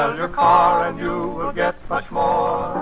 ah your car and you will get much more,